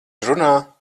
runā